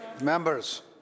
Members